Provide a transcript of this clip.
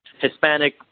Hispanic